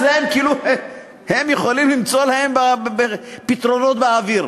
אצלם כאילו הם יכולים למצוא להם פתרונות באוויר.